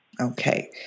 Okay